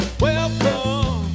welcome